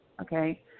okay